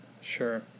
Sure